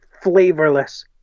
flavorless